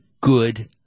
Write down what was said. good